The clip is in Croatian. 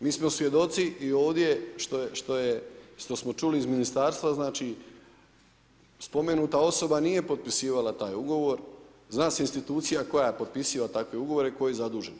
Mi smo svjedoci i ovdje što smo čuli iz ministarstva znači, spomenuta osoba nije potpisivala taj ugovor, zna se institucija koja potpisiva takve ugovore, tko je zadužen.